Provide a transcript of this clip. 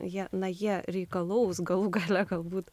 jie na jie reikalaus galų gale galbūt